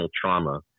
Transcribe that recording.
trauma